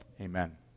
Amen